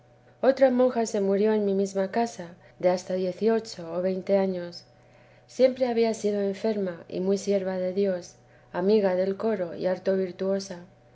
otra monja se murió en mi mesma casa de hasta dieciocho o veinte años siempre había sido enferma y muy sierva de dios amiga del coro y harto virtuosa